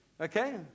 Okay